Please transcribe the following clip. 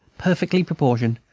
perfectly proportioned,